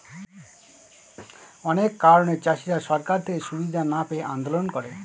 অনেক কারণে চাষীরা সরকার থেকে সুবিধা না পেয়ে আন্দোলন করে